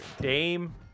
dame